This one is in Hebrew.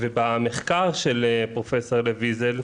ובמחקר של פרופ' לב ויזל,